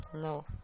no